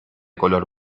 color